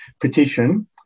petition